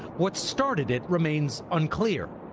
what started it remains unclear.